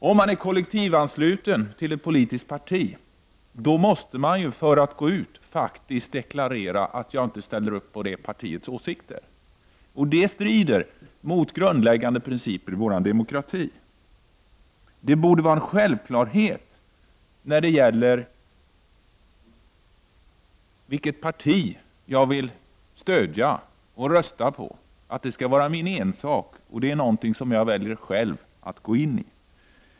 Om man är kollektivansluten till ett politiskt parti, måste man för att gå ur deklarera att man inte ställer upp på det partiets åsikter. Detta strider mot grundläggande principer i vår demokrati. Det borde vara en självklarhet att det skall vara min ensak vilket parti jag vill stödja och rösta på.